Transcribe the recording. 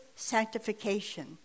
sanctification